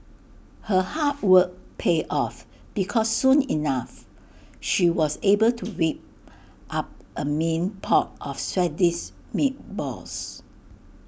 her hard work paid off because soon enough she was able to whip up A mean pot of Swedish meatballs